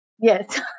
Yes